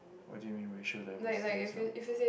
what do you mean racial diversity is not